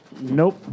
Nope